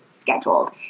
scheduled